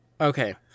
Okay